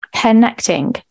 connecting